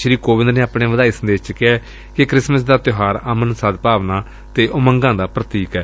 ਸ੍ੀ ਕੋਵਿਦ ਨੇ ਆਪਣੇ ਵਧਾਈ ਸੰਦੇਸ਼ ਚ ਕਿਹੈ ਕਿ ਕ੍ਸਿਮਿਸ ਦਾ ਤਿਉਹਾਰ ਅਮਨ ਸਦਭਾਵਨਾ ਅਤੇ ਉਮੰਗਾਂ ਦਾ ਪ੍ਰਤੀਕ ਏ